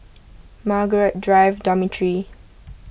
Margaret Drive Dormitory